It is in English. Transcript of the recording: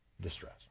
distress